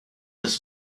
this